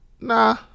nah